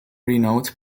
renowned